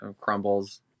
Crumbles